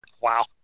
Wow